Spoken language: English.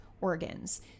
organs